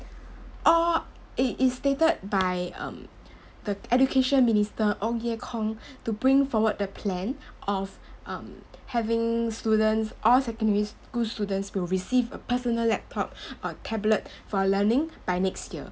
or it is stated by um the education minister Ong-Ye-Kung to bring forward the plan of (um)having students all secondary school students will receive a personal laptop or tablet for learning by next year